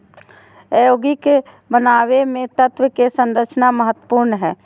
यौगिक बनावे मे तत्व के संरचना महत्वपूर्ण हय